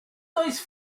nice